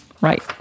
right